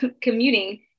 commuting